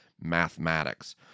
mathematics